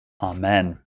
Amen